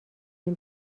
این